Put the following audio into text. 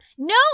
No